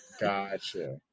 Gotcha